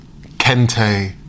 kente